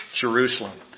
Jerusalem